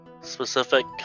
Specific